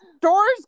Doors